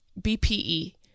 BPE